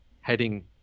heading